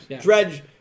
dredge